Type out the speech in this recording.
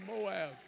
Moab